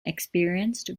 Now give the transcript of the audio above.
experienced